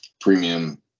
premium